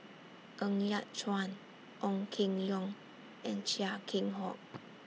Ng Yat Chuan Ong Keng Yong and Chia Keng Hock